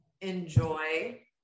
enjoy